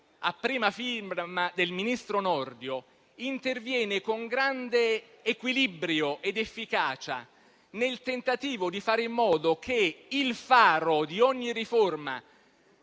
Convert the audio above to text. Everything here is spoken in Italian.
a prima firma del ministro Nordio interviene con grande equilibrio ed efficacia nel tentativo di fare in modo che ogni riforma